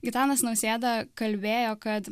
gitanas nausėda kalbėjo kad